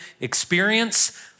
experience